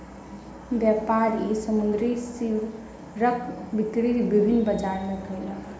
व्यापारी समुद्री सीवरक बिक्री विभिन्न बजार मे कयलक